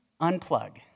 unplug